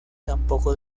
tampoco